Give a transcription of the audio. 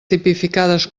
tipificades